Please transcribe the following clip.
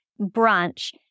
brunch